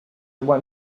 want